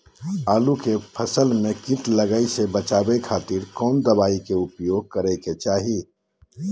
आलू के फसल में कीट लगने से बचावे खातिर कौन दवाई के उपयोग करे के चाही?